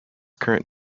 current